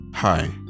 Hi